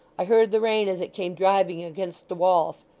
i heard the rain as it came driving against the walls.